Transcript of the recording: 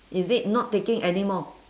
is it not taking anymore